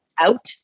out